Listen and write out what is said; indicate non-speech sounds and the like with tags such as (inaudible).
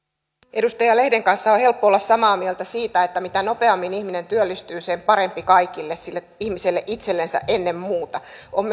edustaja lehden kanssa on helppo olla samaa mieltä siitä että mitä nopeammin ihminen työllistyy sen parempi kaikille sille ihmiselle itsellensä ennen muuta on (unintelligible)